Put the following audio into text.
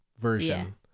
version